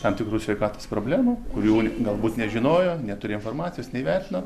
tam tikrų sveikatos problemų kurių galbūt nežinojo neturėjo informacijos neįvertino